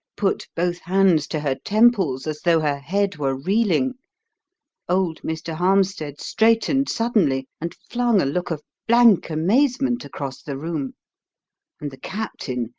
put both hands to her temples, as though her head were reeling old mr. harmstead straightened suddenly and flung a look of blank amazement across the room and the captain,